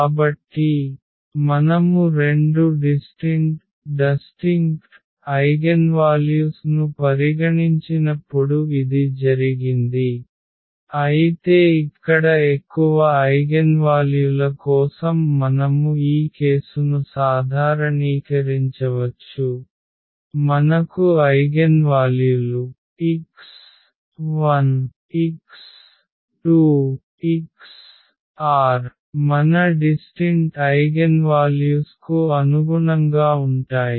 కాబట్టి మనము రెండు డిస్టింట్ ఐగెన్వాల్యుస్ ను పరిగణించినప్పుడు ఇది జరిగింది అయితే ఇక్కడ ఎక్కువ ఐగెన్వాల్యుల కోసం మనము ఈ కేసును సాధారణీకరించవచ్చు మనకు ఐగెన్వాల్యులు x1x2xr మన డిస్టింట్ ఐగెన్వాల్యుస్ కు అనుగుణంగా ఉంటాయి